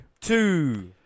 Two